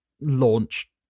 launch